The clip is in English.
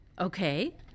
Okay